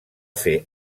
fer